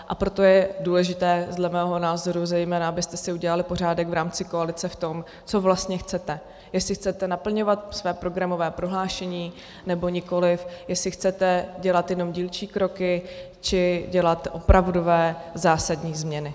A proto je důležité dle mého názoru, zejména abyste si udělali pořádek v rámci koalice v tom, co vlastně chcete, jestli chcete naplňovat své programové prohlášení, nebo nikoli, jestli chcete dělat jenom dílčí kroky, či dělat opravdové zásadní změny.